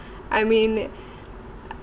I mean